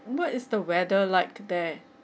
what is the weather like there